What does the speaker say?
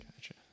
Gotcha